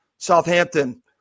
Southampton